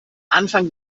anfang